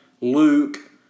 Luke